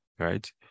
right